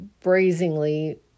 brazenly